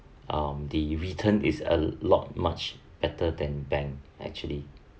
um the return is a lot much better than bank actually